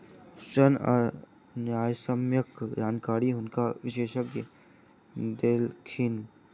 ऋण आ न्यायसम्यक जानकारी हुनका विशेषज्ञ देलखिन